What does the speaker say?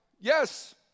Yes